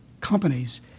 companies